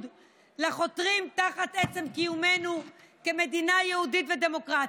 לחותרים תחת עצם קיומנו כמדינה יהודית ודמוקרטית.